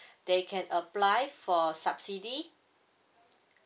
they can apply for subsidy